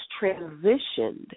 transitioned